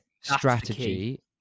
strategy